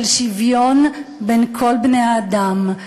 של שוויון בין כל בני-האדם,